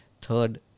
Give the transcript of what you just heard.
third